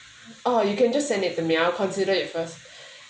oh you can just send it to mail I'll consider it first